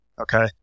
okay